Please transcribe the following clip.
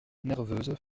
nerveuses